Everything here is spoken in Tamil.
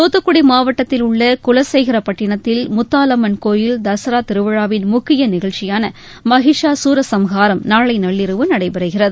துத்துக்குடி மாவட்டத்தில் உள்ள குலசேகரப்பட்டினத்தில் முத்தாலம்மன் கோயில் தசரா திருவிழாவின் முக்கிய நிகழ்ச்சியான மஹிஷா சூரசம்ஹாரம் நாளை நள்ளிரவு நடைபெறுகிறது